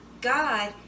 God